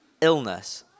illness